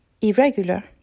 irregular